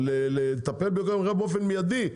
לטפל בכל המצב באופן מידי,